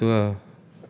ya tu ah